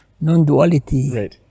non-duality